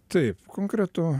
taip be to